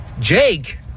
Jake